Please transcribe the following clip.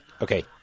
Okay